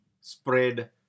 spread